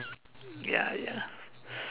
ya ya